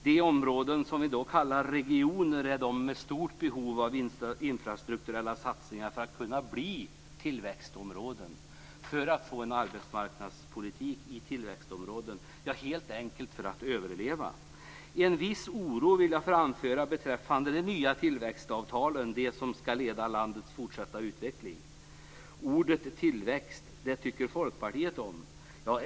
De områden som vi kallar regioner är i stort behov av infrastrukturella satsningar för att kunna bli tillväxtområden och för att man skall kunna få en arbetsmarknadspolitik i tillväxtområden, ja, helt enkelt för att överleva. Jag vill framföra en viss oro beträffande de nya tillväxtavtalen, de som skall leda landets fortsatta utveckling. Ordet tillväxt tilltalar Folkpartiet.